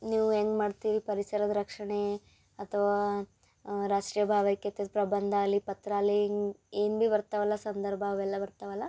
ನೀವು ಹೆಂಗ್ ಮಾಡ್ತೀರಿ ಪರಿಸರದ ರಕ್ಷಣೆ ಅಥವಾ ರಾಷ್ಟೀಯ ಭಾವೈಕ್ಯತೆದು ಪ್ರಬಂಧ ಅಲಿ ಪತ್ರ ಅಲಿ ಏನು ಭಿ ಬರ್ತವಲ್ಲ ಸಂದರ್ಭ ಅವೆಲ್ಲ ಬರ್ತವಲ್ಲ